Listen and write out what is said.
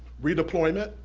redeployment.